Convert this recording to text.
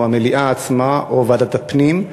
הוא המליאה עצמה או ועדת הפנים.